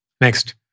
Next